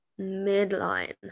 midline